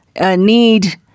need